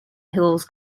hills